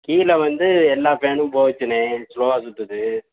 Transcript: கீழே வந்து எல்லா ஃபேன்னும் போயிடுச்சுண்ணே ஸ்லோவாக சுற்றுது